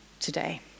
today